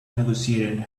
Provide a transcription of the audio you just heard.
negotiating